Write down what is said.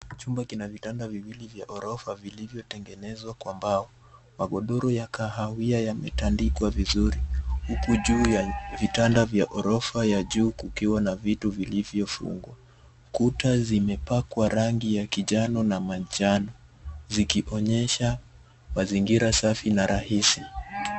Chumba kina vitanda viwili vya ghorofa vilivyo tengenezwa kwa mbao. Magunduru ya kahawia yametundikwa vizuri uku juu ya vitanda vya ghorofa ya juu kukiwa na vitu vilivyofungwa. Kuta zimepakwa rangi ya kijano na majano na zikionyesha mazingira safi na rahisi.